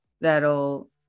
that'll